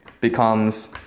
becomes